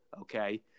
okay